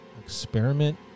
experiment